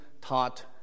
taught